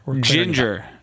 Ginger